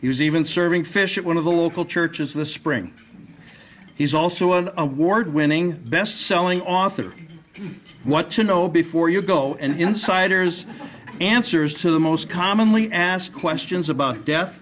he was even serving fish one of the local churches in the spring he's also an award winning best selling author i want to know before you go an insider's answers to the most commonly asked questions about death